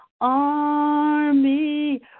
army